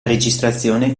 registrazione